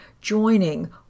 joining